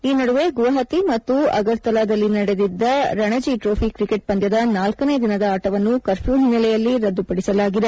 ಈ ನಡುವೆ ಗುವಾಹತಿ ಮತ್ತು ಅಗರ್ತಲಾದಲ್ಲಿ ನಡೆದಿದ್ದ ರಣಜಿ ಟ್ರೋಫಿ ಕ್ರಿಕೆಟ್ ಪಂದ್ಯದ ನಾಲ್ಕನೇ ದಿನದ ಆಟವನ್ನು ಕರ್ಫ್ಯೂ ಹಿನ್ನೆಲೆಯಲ್ಲಿ ರದ್ದುಪಡಿಸಲಾಗಿದೆ